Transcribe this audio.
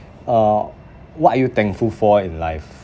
uh what are you thankful for in life